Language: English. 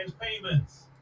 payments